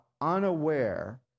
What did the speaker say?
unaware